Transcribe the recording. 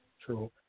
True